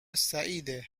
سعیده